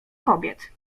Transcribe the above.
kobiet